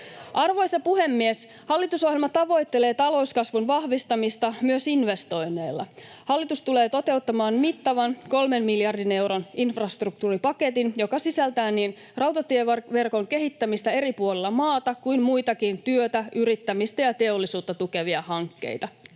Arvoisa puhemies! Hallitusohjelma tavoittelee talouskasvun vahvistamista myös investoinneilla. Hallitus tulee toteuttamaan mittavan 3 miljardin euron infrastruktuuripaketin, joka sisältää niin rautatieverkon kehittämistä eri puolilla maata kuin muitakin työtä, yrittämistä ja teollisuutta tukevia hankkeita